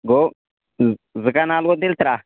گوٚو زٕ کَنال گوٚو تیٚلہِ ترٛکھ